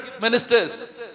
ministers